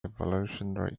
evolutionary